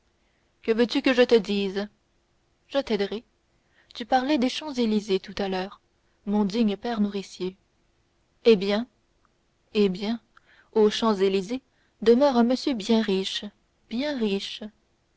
que veux-tu que je te dise je t'aiderai tu parlais des champs-élysées tout à l'heure mon digne père nourricier eh bien eh bien aux champs-élysées demeure un monsieur bien riche bien riche